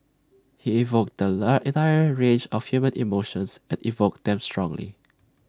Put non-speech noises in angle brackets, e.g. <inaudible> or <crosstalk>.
he evoked the <unintelligible> entire range of human emotions and evoked them strongly